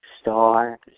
star